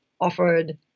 offered